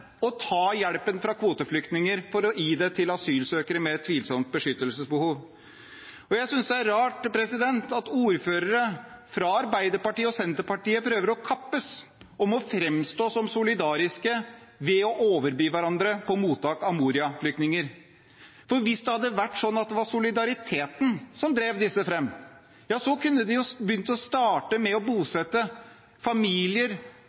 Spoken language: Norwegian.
ta hjelpen fra kvoteflyktninger for å gi den til asylsøkere med et tvilsomt beskyttelsesbehov. Jeg synes det er rart at ordførere fra Arbeiderpartiet og Senterpartiet prøver å kappes om å fremstå som solidariske ved å overby hverandre på mottak av Moria-flyktninger. For hvis det hadde vært sånn at det var solidariteten som drev disse fram, kunne de jo starte med å bosette familier